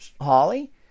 Holly